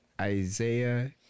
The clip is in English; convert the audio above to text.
Isaiah